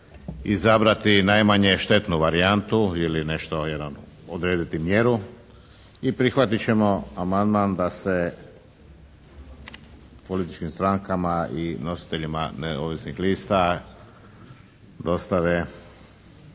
izabrati najmanje štetnu varijantu ili nešto, jedan odrediti mjeru i prihvatiti ćemo amandman da se političkim strankama i nositeljima neovisnih lista dostave